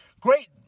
Great